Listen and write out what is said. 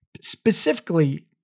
specifically